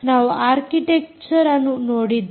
ನಾವು ಆರ್ಕಿಟೆಕ್ಚರ್ಅನ್ನು ನೋಡಿದ್ದೇವೆ